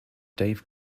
dave